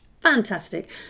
fantastic